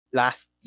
last